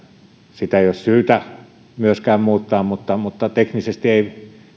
sitä ei ole syytä muuttaa mutta mutta se ei